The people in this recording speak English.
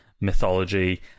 mythology